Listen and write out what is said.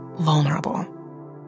vulnerable